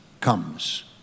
comes